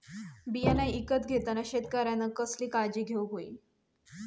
बियाणा ईकत घेताना शेतकऱ्यानं कसली काळजी घेऊक होई?